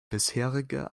bisherige